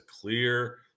clear